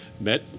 met